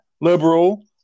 liberal